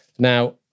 Now